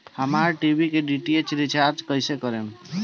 हमार टी.वी के डी.टी.एच के रीचार्ज कईसे करेम?